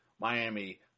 Miami